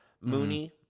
Mooney